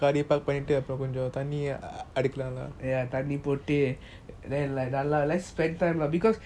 ya தண்ணி போட்டு:thanni pottu let's spend time lah because I heard you are shifting house right you are here temporary right